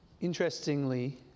Interestingly